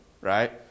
right